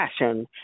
passion